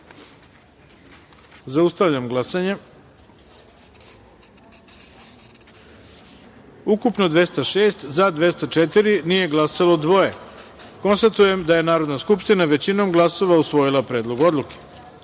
taster. Zaustavljam glasanje: ukupno 206, za – 204, nije glasalo – dvoje. Konstatujem da je Narodna skupština većinom glasova usvojila Predlog odluke. Osma